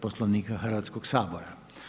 Poslovnika Hrvatskog sabora.